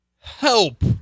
help